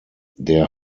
der